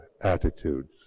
attitudes